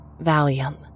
Valium